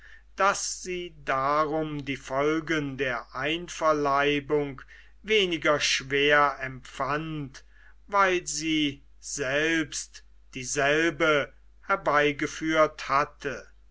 daß sie darum die folgen der einverleibung weniger schwer empfand weil sie selbst dieselbe herbeigeführt hatte